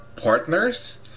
partners